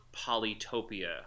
Polytopia